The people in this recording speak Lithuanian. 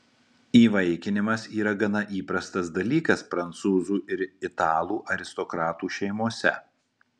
įvaikinimas yra gana įprastas dalykas prancūzų ir italų aristokratų šeimose